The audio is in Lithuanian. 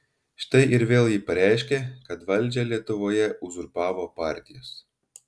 štai ir vėl ji pareiškė kad valdžią lietuvoje uzurpavo partijos